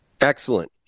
Excellent